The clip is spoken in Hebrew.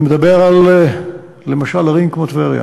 אני מדבר, למשל, על ערים כמו טבריה,